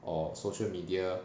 or social media